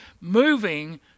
moving